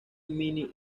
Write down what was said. mini